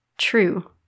true